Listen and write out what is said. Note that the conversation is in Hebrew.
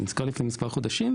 היא נסגרה לפני מספר חודשים,